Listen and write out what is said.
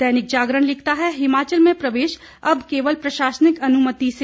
दैनिक जागरण लिखता है हिमाचल में प्रवेश अब केवल प्रशासनिक अनुमति से